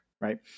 Right